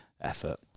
effort